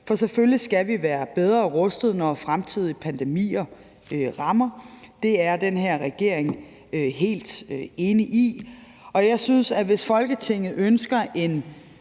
For selvfølgelig skal vi være bedre rustet, når fremtidige pandemier rammer. Det er den her regering helt enig i, og jeg synes faktisk også, at det, hvis Folketinget ønsker en